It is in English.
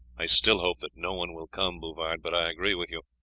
i still hope that no one will come, bouvard, but i agree with you,